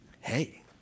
Hey